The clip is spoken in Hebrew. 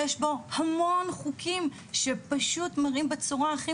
יש בו המון חוקים שפשוט מביאים בצורה הכי